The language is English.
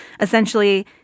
Essentially